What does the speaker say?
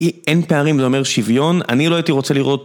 אין פערים זה אומר שוויון, אני לא הייתי רוצה לראות